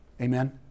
Amen